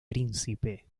príncipe